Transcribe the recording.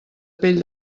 pell